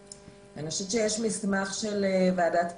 אני חושבת שיש מסמך של ועדת פלמור.